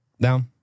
Down